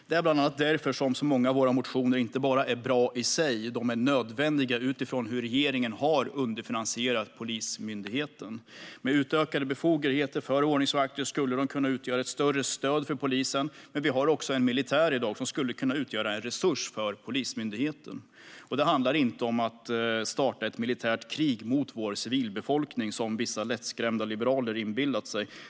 Det är bland annat därför som många av våra motioner inte bara är bra i sig, utan de är nödvändiga eftersom regeringen har underfinansierat Polismyndigheten. Med utökade befogenheter för ordningsvakter kan dessa utgöra ett större stöd för polisen, men vi har också en militär i dag som skulle kunna utgöra en resurs för Polismyndigheten. Det handlar inte om att starta ett militärt krig mot civilbefolkningen, som vissa lättskrämda liberaler inbillat sig.